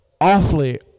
awfully